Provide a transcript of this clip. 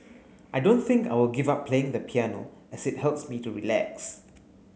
I don't think I will give up playing the piano as it helps me to relax